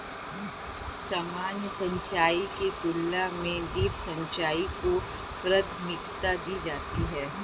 सामान्य सिंचाई की तुलना में ड्रिप सिंचाई को प्राथमिकता दी जाती है